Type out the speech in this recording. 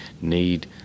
need